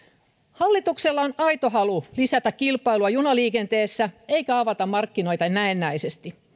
hallituksella on aito halu lisätä kilpailua junaliikenteessä eikä avata markkinoita näennäisesti